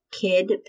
Kid